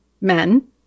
men